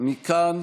שאני מכבד אותם,